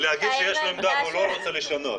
או להגיד שיש לו עמדה והוא לא רוצה לשנות.